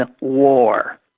war